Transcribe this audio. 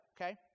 Okay